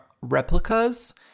replicas